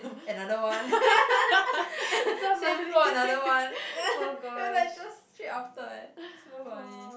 another one same floor another one you're like just straight after eh so funny